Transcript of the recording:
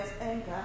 anger